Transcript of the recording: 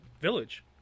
Village